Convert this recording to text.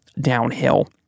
downhill